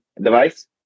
device